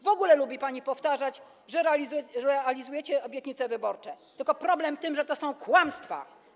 W ogóle lubi pani powtarzać, że realizujecie obietnice wyborcze, tylko problem w tym, że to są kłamstwa.